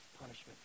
punishment